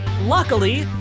luckily